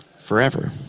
forever